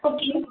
okay